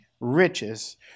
riches